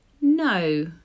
No